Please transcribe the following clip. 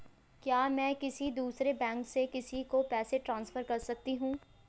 क्या मैं किसी दूसरे बैंक से किसी को पैसे ट्रांसफर कर सकती हूँ?